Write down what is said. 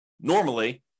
normally